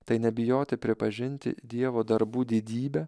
tai nebijoti pripažinti dievo darbų didybę